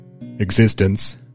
existence